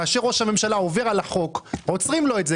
כאשר ראש הממשלה עובר על החוק עוצרים לו את זה,